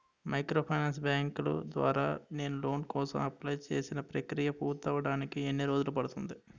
Microfinance బ్యాంకుల ద్వారా నేను లోన్ కోసం అప్లయ్ చేసిన ప్రక్రియ పూర్తవడానికి ఎన్ని రోజులు పడుతుంది?